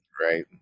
Right